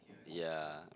yea